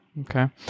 okay